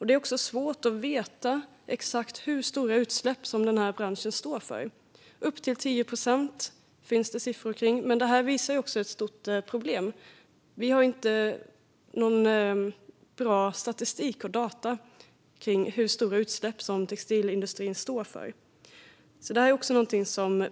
Det är svårt att veta exakt hur stora utsläpp branschen står för. Det finns uppgifter som säger upp till 10 procent, men detta visar också på ett stort problem: Vi har inga data och ingen bra statistik över hur stora utsläpp textilindustrin står för.